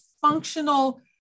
functional